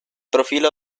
profilo